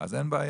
אז אין בעיה.